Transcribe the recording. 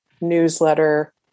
newsletter